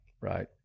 Right